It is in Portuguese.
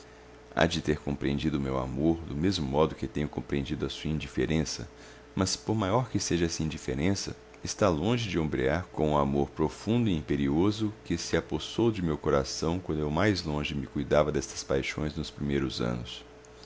há de ter compreendido o meu amor do mesmo modo que tenho compreendido a sua indiferença mas por maior que seja essa indiferença está longe de ombrear com o amor profundo e imperioso que se apossou de meu coração quando eu mais longe me cuidava destas paixões dos primeiros anos